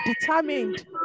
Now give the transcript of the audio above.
determined